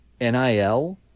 NIL